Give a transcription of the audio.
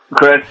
chris